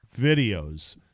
videos